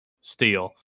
Steel